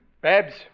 Babs